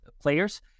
players